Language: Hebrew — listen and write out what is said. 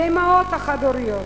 לאמהות החד-הוריות,